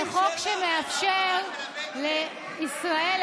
זה חוק שמאפשר לישראל,